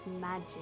magic